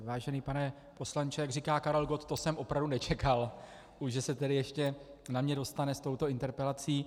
Vážený pane poslanče, jak říká Karel Gott, to jsem opravdu nečekal, že se ještě na mě dostane s touto interpelací.